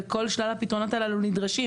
וכל שלל הפתרונות האלה נדרשים.